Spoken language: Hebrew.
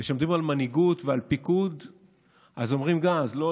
גם כשמדברים על מנהיגות ועל פיקוד אומרים: לא,